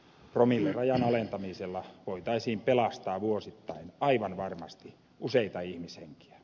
promillerajan alentamisella voitaisiin pelastaa vuosittain aivan varmasti useita ihmishenkiä